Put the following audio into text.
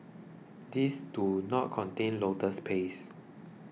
these do not contain lotus paste